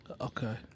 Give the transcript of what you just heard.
Okay